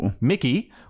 Mickey